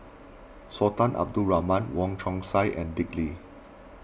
Sultan Abdul Rahman Wong Chong Sai and Dick Lee